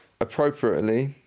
appropriately